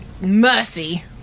mercy